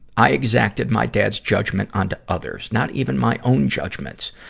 i exacted my dad's judgment onto others, not even my own judgments.